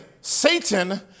Satan